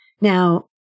Now